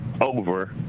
over